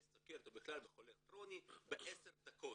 סוכרת או בכלל בחולה כרוני בעשר דקות,